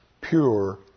pure